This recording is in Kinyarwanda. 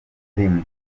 rimwe